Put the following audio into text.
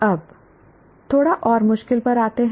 अब थोड़ा और मुश्किल पर आते हैं